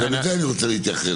וגם לזה אני רוצה להתייחס.